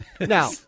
Now